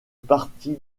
partie